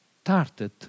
started